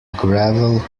gravel